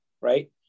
right